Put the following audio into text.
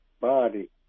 body